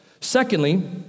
Secondly